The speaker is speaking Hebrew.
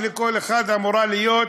שלכל אחד אמורה להיות